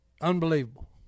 unbelievable